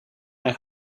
aan